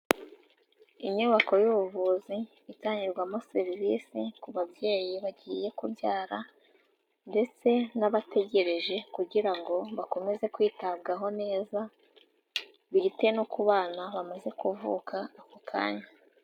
Inyubako y'ubuvuzi, itangirwamo serivisi ku babyeyi bagiye kubyara ndetse n'abategereje kugira ngo bakomeze kwitabwaho neza, bite no ku bana bamaze kuvuka ako kanya.